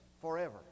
forever